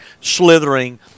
slithering